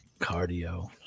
Cardio